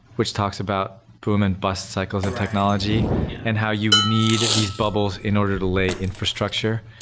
which talks about boom and bust cycles of technology and how you need these bubbles in order to lay infrastructure,